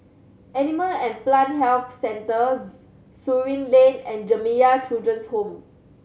Animal and Plant Health Centre Surin Lane and Jamiyah Children's Home